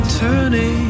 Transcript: turning